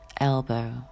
elbow